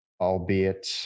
albeit